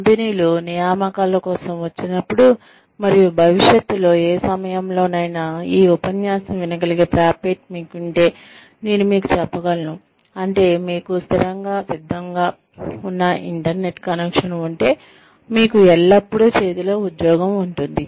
కంపెనీలు నియామకాల కోసం వచ్చినప్పుడు మరియు భవిష్యత్తులో ఏ సమయంలోనైనా ఈ ఉపన్యాసం వినగలిగే ప్రాప్యత మీకు ఉంటే నేను మీకు చెప్పగలను అంటే మీకు స్థిరంగా సిద్ధంగా ఉన్న ఇంటర్నెట్ కనెక్షన్ ఉంటే మీకు ఎల్లప్పుడూ చేతిలో ఉద్యోగం ఉంటుంది